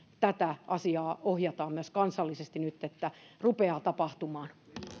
tätä asiaa ohjataan myös kansallisesti nyt että rupeaa tapahtumaan